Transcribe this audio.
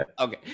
Okay